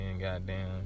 goddamn